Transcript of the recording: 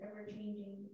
ever-changing